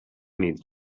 need